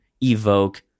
evoke